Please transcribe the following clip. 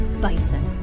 Bison